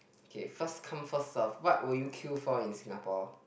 okay first come first serve what will you queue for in Singapore